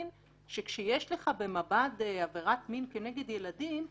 צריך להבין שכאשר יש לך במב"ד עבירת מין כנגד ילדים,